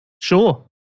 Sure